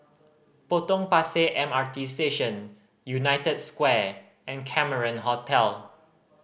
Potong Pasir M R T Station United Square and Cameron Hotel